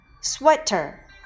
sweater